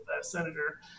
Senator